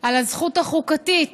על הזכות החוקתית